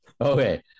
okay